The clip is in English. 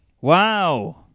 wow